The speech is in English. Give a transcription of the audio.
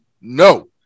No